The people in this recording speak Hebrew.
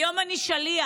היום אני שליח.